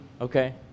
okay